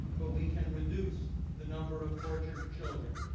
but we can reduce the number of tortured children.